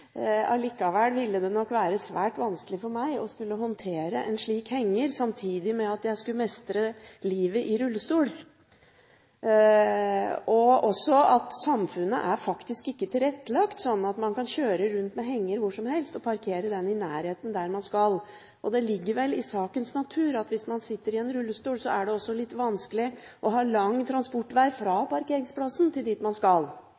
ville det nok være svært vanskelig for meg å håndtere en slik henger samtidig med at jeg skulle mestre livet i rullestol. Og samfunnet er faktisk ikke tilrettelagt slik at man kan kjøre rundt med henger hvor som helst og parkere den i nærheten av der man skal. Det ligger vel i sakens natur at hvis man sitter i en rullestol, er det også litt vanskelig å ha lang transportvei fra parkeringsplassen til dit man skal.